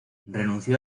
renunció